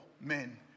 men